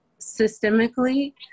systemically